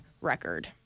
record